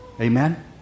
Amen